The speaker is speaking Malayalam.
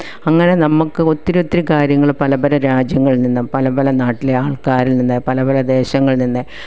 അങ്ങനെ നമുക്ക് ഒത്തിരി ഒത്തിരി കാര്യങ്ങൾ പല പല രാജ്യങ്ങളിൽ നിന്നും പല പല നാട്ടിലെ ആൾക്കാരിൽ നിന്ന് പല പല ദേശങ്ങളിൽ നിന്ന്